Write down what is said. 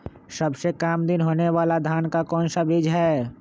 सबसे काम दिन होने वाला धान का कौन सा बीज हैँ?